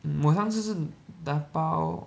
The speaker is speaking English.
mm 我上次是 dabao